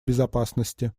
безопасности